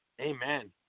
Amen